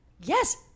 Yes